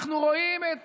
אנחנו רואים את